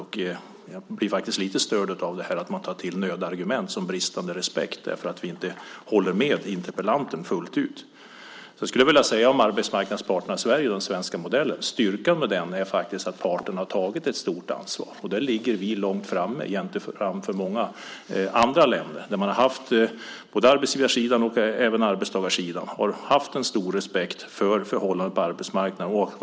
Jag blir lite störd av att man tar till nödargument som bristande respekt när vi inte håller med interpellanten fullt ut. Sedan skulle jag apropå arbetsmarknadens parter vilja säga att styrkan med den svenska modellen faktiskt är att parterna har tagit ett stort ansvar. Där ligger vi långt framme jämfört med många andra länder. Både arbetsgivar och arbetstagarsidan har haft en stor respekt för förhållandena på arbetsmarknaden.